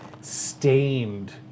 stained